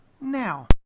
now